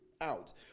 out